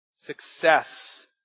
success